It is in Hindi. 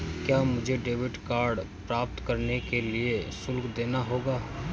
क्या मुझे डेबिट कार्ड प्राप्त करने के लिए शुल्क देना होगा?